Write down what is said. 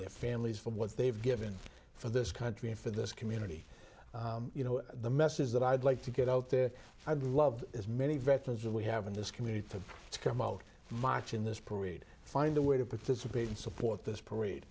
their families for what they've given for this country and for this community you know the message that i'd like to get out there i'd love as many veterans of we have in this community to come out march in this parade find a way to participate and support this parade